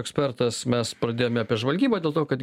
ekspertas mes pradėjome apie žvalgybą dėl to kad